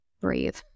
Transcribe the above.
breathe